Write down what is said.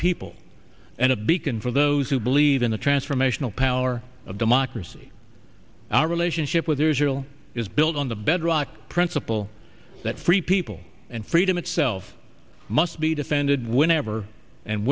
people and a beacon for those who believe even the transformational power of democracy our relationship with israel is built on the bedrock principle that free people and freedom itself must be defended whenever and